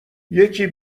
یکی